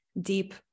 deep